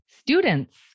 students